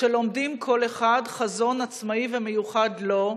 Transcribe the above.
שלומדים כל אחד חזון עצמאי ומיוחד לו,